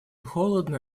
холодно